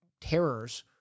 terrors